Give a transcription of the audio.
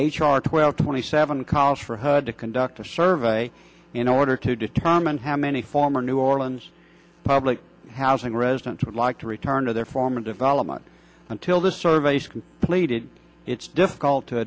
r twelve twenty seven calls for her to conduct a survey in order to determine how many former new orleans public housing residents would like to return to their former development until the surveys completed its difficult to